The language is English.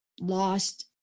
Lost